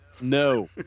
No